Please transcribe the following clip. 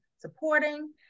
supporting